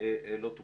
לא תוקן.